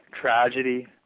tragedy